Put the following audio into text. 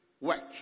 work